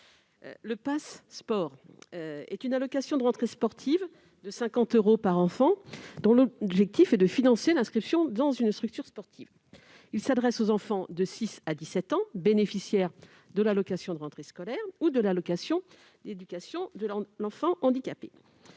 Le Pass'Sport est une allocation de rentrée sportive de 50 euros par enfant, dont l'objectif est de financer l'inscription dans une structure sportive. Il s'adresse aux enfants de 6 à 17 ans, bénéficiaires de l'allocation de rentrée scolaire ou de l'allocation d'éducation de l'enfant handicapé.